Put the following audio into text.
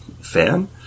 fan